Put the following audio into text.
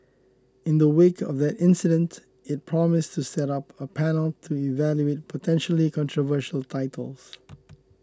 in the wake of that incident it promised to set up a panel to evaluate potentially controversial titles